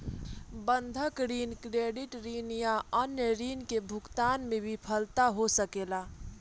बंधक ऋण, क्रेडिट ऋण या अन्य ऋण के भुगतान में विफलता हो सकेला